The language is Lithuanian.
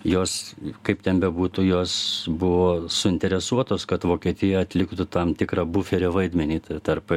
jos kaip ten bebūtų jos buvo suinteresuotos kad vokietija atliktų tam tikrą buferio vaidmenį tarp